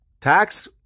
tax